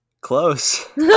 Close